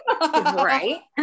right